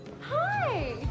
Hi